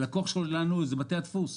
הלקוח שלנו הם בתי הדפוס.